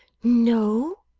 no,